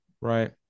Right